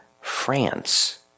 France